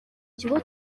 kigo